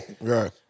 Right